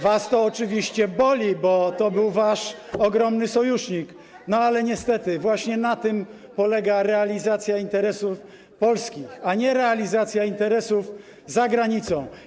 Was to oczywiście boli, bo to był wasz ogromny sojusznik, ale niestety właśnie na tym polega realizacja interesów polskich, a nie realizacja interesów za granicą.